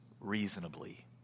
reasonably